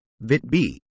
VIT-B